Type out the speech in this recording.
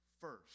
first